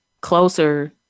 closer